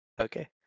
Okay